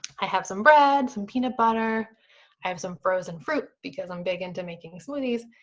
i have some bread, some peanut butter. i have some frozen fruit because i'm big into making smoothies.